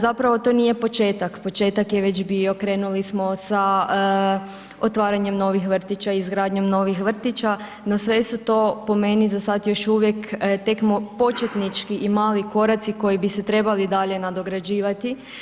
Zapravo to nije početak, početak je već bio krenuli smo sa otvaranjem novih vrtića, izgradnjom novih vrtića, no sve su to po meni za sad još uvijek tek početnički i mali koraci koji bi se trebali dalje nadograđivati.